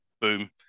Boom